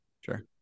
Sure